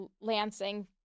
Lansing